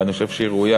ואני חושב שהיא ראויה,